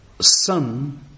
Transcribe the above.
son